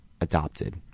adopted